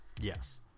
yes